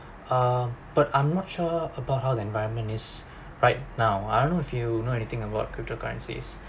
ah but I'm not sure about how the environment is right now I don't know if you know anything about crypto currencies